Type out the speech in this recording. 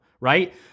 right